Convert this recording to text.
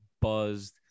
buzzed